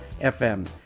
FM